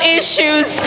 issues